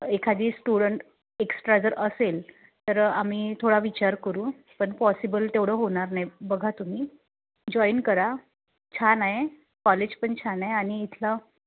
एखादी student extra जर असेल तर आम्ही थोडा विचार करू पण पॉसिबल तेवढं होणार नाही बघा तुम्ही जॉईन करा छान आहे कॉलेज पण छान आहे आणि इथला